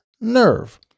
nerve